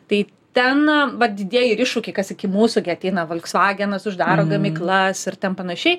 tai ten vat didieji ir iššūkiai kas iki mūsų gi ateina volksvagenas uždaro gamyklas ir ten panašiai